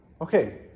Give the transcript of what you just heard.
Okay